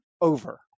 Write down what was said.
over